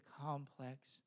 complex